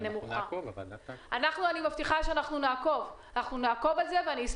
אני גם מבטיחה שאנחנו נעקוב אחרי זה,